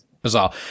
Bizarre